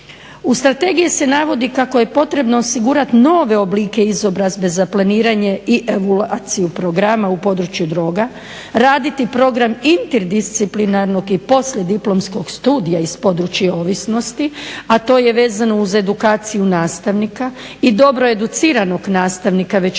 U strategiji se navodi kako je potrebno osigurat nove oblike izobrazbe za planiranje i evulaciju programa u području droga, raditi program interdisciplinarnog i poslijediplomskog studija iz područja ovisnosti, a to je vezano uz edukaciju nastavnika i dobro educiranog nastavnika već